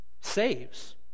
saves